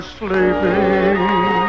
sleeping